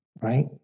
Right